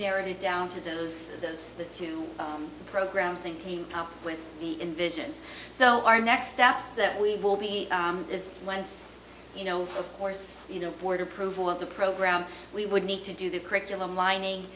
really down to those those two programs and came up with the envisions so our next steps that we will be is once you know of course you know board approval of the program we would need to do the curriculum lining